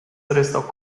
restò